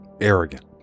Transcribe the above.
Arrogant